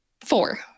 Four